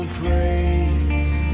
praise